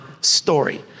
story